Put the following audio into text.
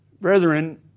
Brethren